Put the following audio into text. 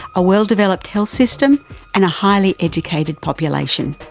a well-developed health system and a highly educated population.